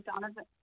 Donovan